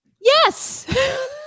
Yes